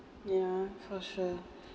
yeah for sure